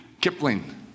Kipling